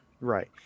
Right